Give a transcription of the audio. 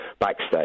Backstage